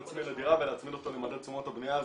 הון עצמי לדירה ולהצמיד אותו למדד תשומות הבנייה,